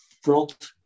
front